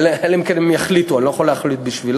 אלא אם כן הם יחליטו, אני לא יכול להחליט בשבילם.